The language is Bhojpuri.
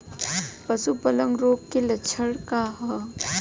पशु प्लेग रोग के लक्षण का ह?